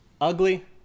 ugly